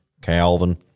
Calvin